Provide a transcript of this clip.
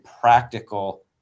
practical